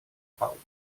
pau